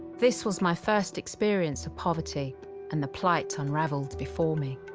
this was my first experience of poverty and the plight unraveled before me